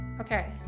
Okay